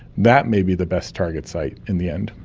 that may be the best target site in the end.